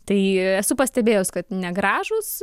tai esu pastebėjus kad negražūs